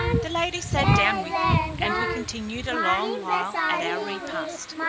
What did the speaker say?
the ladies sat down with me, and we continued a long while at our repast.